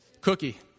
Cookie